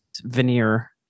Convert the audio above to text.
veneer